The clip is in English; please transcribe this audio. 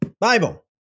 Bible